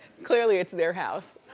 clearly it's their house.